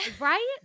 Right